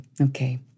Okay